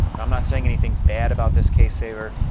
i'm not saying anything bad about this case saver.